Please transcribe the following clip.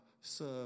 serve